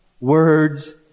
words